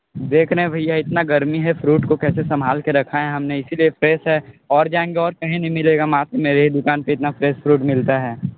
देखरे भैया इतना गर्मी है फ्रूट को कैसे संभाल के रखा है हमने इसलिए फ्रेश है और जाएंगे और कही नहीं मिलेगा मात्र मेरे ही दुकान पे इतना फ्रेश फ्रूट मिलता है